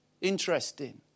Interesting